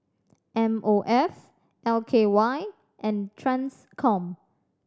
M O F L K Y and Transcom